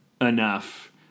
enough